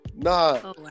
Nah